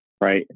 right